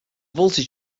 voltage